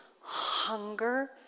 hunger